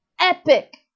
Epic